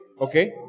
Okay